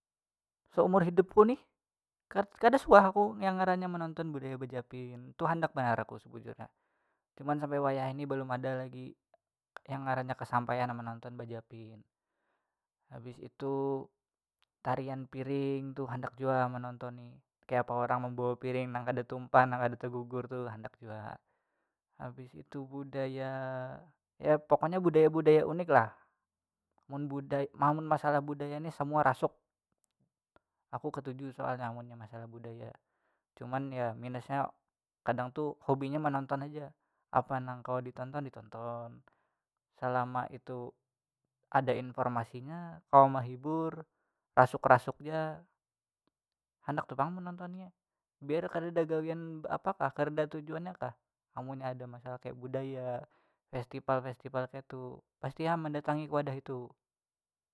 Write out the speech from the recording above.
Saumur hidupku nih kada suah aku yang ngarannya menonton budaya bejapin tu handak banar aku sebujurnya cuman sampai wayahini balum ada lagi yang ngarannya kasampaian menonton bejapin habis itu tarian piring tu handak jua manonton ni kayapa orang membawa piring nang kada tumpah nang kada tagugur tu handak jua habis itu budaya ya pokoknya budaya budaya unik lah mun buda- amun masalah budaya ni semua rasuk aku katuju soalnya amunnya masalah budaya, cuman ya minusnya kadang tu hobinya menonton aja apa nang kawa ditonton ditonton salama itu ada informasinya, kawa mehibur, rasuk rasuk ja, handak tu pang menontonnya biar kadada gawian bepakah kadada tujuannya kah amunnya masalah kaya budaya festival festival kayatu pasti am mendatangi ke wadah itu.